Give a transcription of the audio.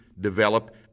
develop